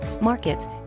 markets